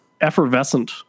effervescent